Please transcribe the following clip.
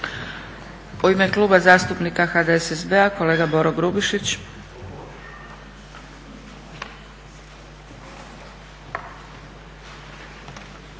U ime Kluba zastupnika HDSSB-a kolega Boro Grubišić.